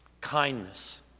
kindness